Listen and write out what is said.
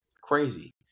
Crazy